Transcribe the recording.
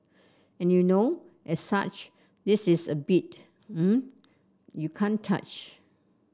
and you know as such this is a beat uh you can't touch